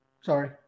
sorry